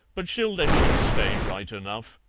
but she'll let you stay right enough.